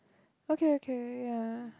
okay okay ya